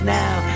now